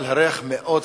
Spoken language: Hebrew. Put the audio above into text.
אבל הריח מאוד חריף.